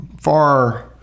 far